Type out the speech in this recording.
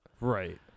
Right